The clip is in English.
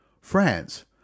France